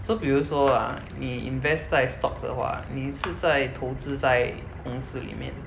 so 比如说 ah 你 invest 在 stocks 的话你是在投资在公司里面